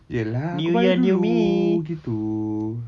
iya lah aku bayar dulu gitu